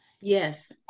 Yes